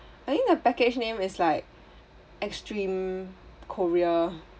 I think the package name is like extreme korea